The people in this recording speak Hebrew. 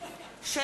שלי